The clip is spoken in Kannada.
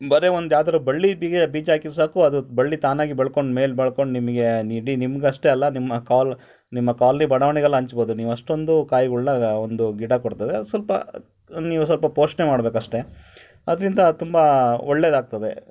ಬರೀ ಒಂದು ಯಾವ್ದಾರು ಬಳ್ಳಿ ಬಿಗೆ ಬೀಜ ಹಾಕಿರ್ ಸಾಕು ಅದು ಬಳ್ಳಿ ತಾನಾಗಿ ಬೆಳ್ಕೊಂಡು ಮೇಲೆ ಬೆಳ್ಕೊಂಡು ನಿಮಗೆ ಇಡೀ ನಿಮ್ಗೆ ಅಷ್ಟೇ ಅಲ್ಲ ನಿಮ್ಮ ಕೋಲ್ ನಿಮ್ಮ ಕಾಲ್ನಿ ಬಡಾವಣೆಗೆಲ್ಲ ಹಂಚ್ಬೋದು ನೀವು ಅಷ್ಟೊಂದು ಕಾಯಿಗಳ್ನ ಒಂದು ಗಿಡ ಕೊಡ್ತದೆ ಅದು ಸ್ವಲ್ಪ ನೀವು ಸ್ವಲ್ಪ ಪೋಷಣೆ ಮಾಡ್ಬೇಕು ಅಷ್ಟೇ ಅದರಿಂದ ತುಂಬ ಒಳ್ಳೇದಾಗ್ತದೆ